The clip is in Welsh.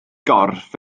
gorff